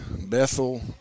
Bethel